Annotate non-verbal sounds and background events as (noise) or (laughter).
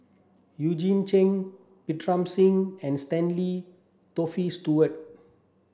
Eugene Chen (unintelligible) Singh and Stanley Toft Stewart